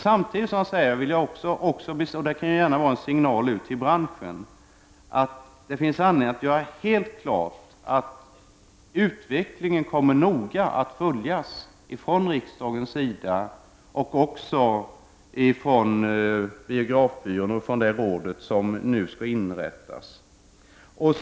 Samtidigt vill jag säga — detta kan vara en signal ut till branschen — att det finns anledning att göra helt klart för sig att utvecklingen kommer att noga följas av riksdagen, av biografbyrån och av det råd som nu skall inrättas.